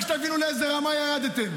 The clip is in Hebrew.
רק שתבינו לאיזה רמה ירדתם.